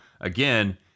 again